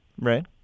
Right